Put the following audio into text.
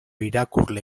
irakurle